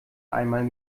einmal